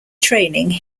training